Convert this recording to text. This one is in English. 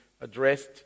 addressed